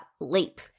leap